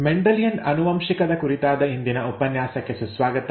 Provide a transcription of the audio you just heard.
Mendelian ಆನುವಂಶಿಕದ ಕುರಿತಾದ ಇಂದಿನ ಉಪನ್ಯಾಸಕ್ಕೆ ಸುಸ್ವಾಗತ